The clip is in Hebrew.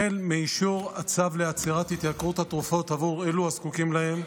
החל באישור הצו לעצירת התייקרות התרופות עבור אלו הזקוקים להן,